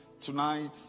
tonight